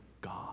God